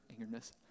angerness